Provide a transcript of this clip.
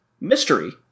mystery